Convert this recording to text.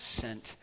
sent